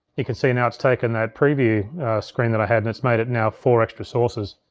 you can see now it's taken that preview screen that i had and it's made it now four extra sources.